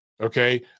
Okay